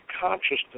consciousness